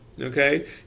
okay